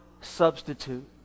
substitute